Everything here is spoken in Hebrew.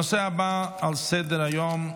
הנושא הבא על סדר-היום: